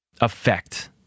effect